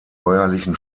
bäuerlichen